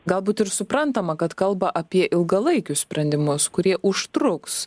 galbūt ir suprantama kad kalba apie ilgalaikius sprendimus kurie užtruks